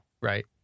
right